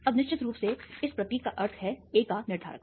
अब निश्चित रूप से इस प्रतीक का अर्थ है A का निर्धारक